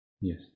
Yes